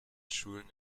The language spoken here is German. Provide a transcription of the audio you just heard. schulen